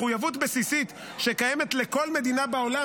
מחויבות בסיסית שקיימת לכל מדינה בעולם,